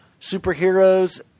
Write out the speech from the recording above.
superheroes